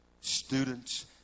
students